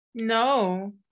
no